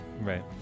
Right